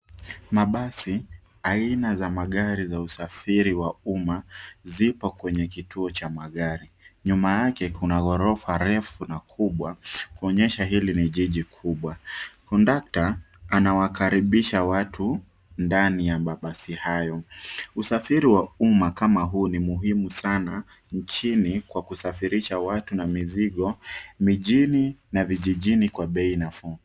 Mabasi aina za magari za usafiri wa umma zipo kwenye kituo cha magari ,nyuma yake kuna ghorofa refu na kubwa kuonyesha hili ni jiji kubwa kondakta anawakaribisha watu ndani ya mabasi hayo ,usafiri wa umma kama huu ni muhimu sana nchini kwa kusafirisha watu na mizigo mijini na vijijini kwa.